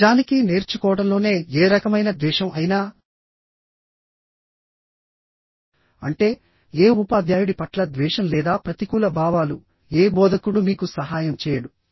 నిజానికి నేర్చుకోవడంలోనే ఏ రకమైన ద్వేషం అయినా అంటే ఏ ఉపాధ్యాయుడి పట్ల ద్వేషం లేదా ప్రతికూల భావాలు ఏ బోధకుడు మీకు సహాయం చేయడు